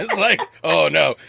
like, oh, no.